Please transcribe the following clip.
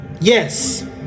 Yes